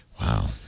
Wow